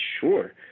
sure